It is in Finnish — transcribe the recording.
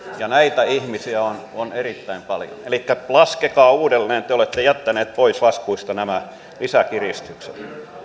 ja näitä ihmisiä on on erittäin paljon elikkä laskekaa uudelleen te te olette jättäneet pois laskuista nämä lisäkiristykset